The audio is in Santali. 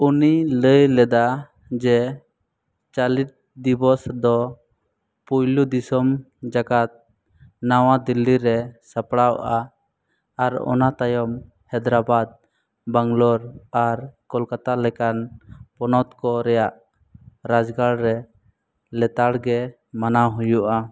ᱩᱱᱤ ᱞᱟᱹᱭ ᱞᱮᱫᱟ ᱡᱮ ᱪᱟᱞᱤᱛ ᱫᱤᱵᱚᱥ ᱫᱚ ᱯᱳᱭᱞᱳ ᱫᱤᱥᱚᱢ ᱡᱟᱠᱟᱛ ᱱᱟᱣᱟ ᱫᱤᱞᱞᱤ ᱨᱮ ᱥᱟᱯᱲᱟᱣᱚᱜᱼᱟ ᱟᱨ ᱚᱱᱟ ᱛᱟᱭᱚᱢ ᱦᱟᱭᱫᱨᱟᱵᱟᱫᱽ ᱵᱮᱝᱜᱟᱞᱳᱨ ᱟᱨ ᱠᱳᱞᱠᱟᱛᱟ ᱞᱮᱠᱟᱱ ᱯᱚᱱᱚᱛ ᱠᱚ ᱨᱮᱭᱟᱜ ᱨᱟᱡᱽᱜᱟᱲ ᱨᱮ ᱞᱮᱛᱟᱲ ᱜᱮ ᱢᱟᱱᱟᱣ ᱦᱩᱭᱩᱜᱼᱟ